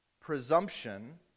presumption